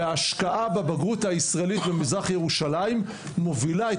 ההשקעה בבגרות הישראלית במזרח ירושלים מובילה את